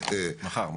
תודה להם מחר.